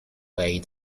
pay